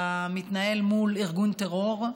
אתה מתנהל מול ארגון טרור.